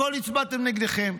בכול הצבעתם נגדכם.